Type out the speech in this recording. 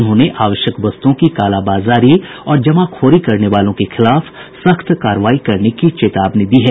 उन्होंने आवश्यक वस्तुओं की काला बाजारी और जमाखोरी करने वालों के खिलाफ सख्त कार्रवाई की चेतावनी दी है